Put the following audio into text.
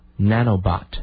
Nanobot